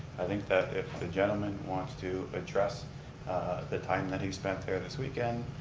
i think that if the gentleman wants to address the time that he spent there this weekend,